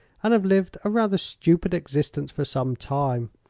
and have lived a rather stupid existence for some time.